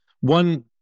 one